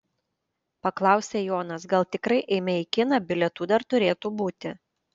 paklausė jonas gal tikrai eime į kiną bilietų dar turėtų būti